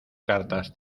cartas